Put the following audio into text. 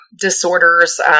disorders